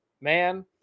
man